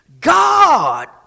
God